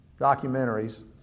documentaries